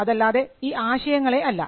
അതല്ലാതെ ഈ ആശയങ്ങളെ അല്ല